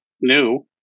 new